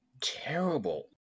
terrible